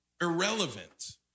irrelevant